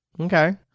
Okay